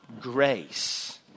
grace